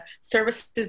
services